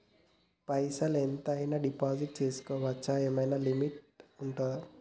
పైసల్ ఎంత అయినా డిపాజిట్ చేస్కోవచ్చా? ఏమైనా లిమిట్ ఉంటదా?